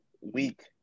week